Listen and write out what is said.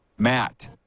Matt